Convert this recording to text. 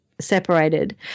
separated